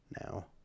now